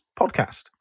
podcast